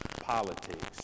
politics